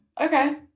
okay